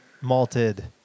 Malted